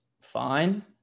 fine